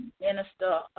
Minister